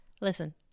listen